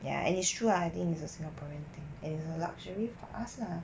ya and is true ah I think is a singaporean thing and is a luxury for us lah